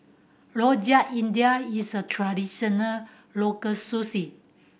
Rojak India is a traditional local